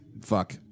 fuck